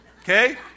okay